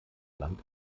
land